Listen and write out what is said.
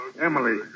Emily